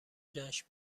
جشن